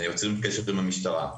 יוצרים קשר עם המשטרה,